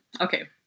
okay